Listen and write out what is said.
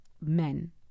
men